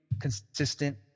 consistent